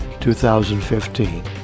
2015